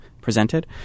presented